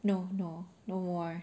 no no no more